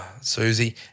Susie